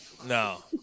No